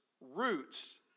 roots